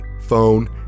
phone